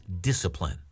discipline